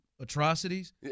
atrocities